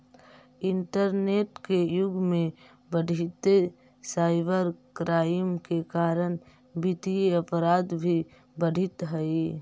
internet के युग में बढ़ीते साइबर क्राइम के कारण वित्तीय अपराध भी बढ़ित हइ